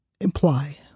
imply